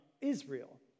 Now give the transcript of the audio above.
Israel